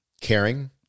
caring